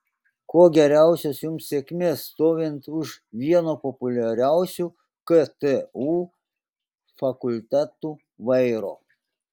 kuo geriausios jums sėkmės stovint už vieno populiariausių ktu fakultetų vairo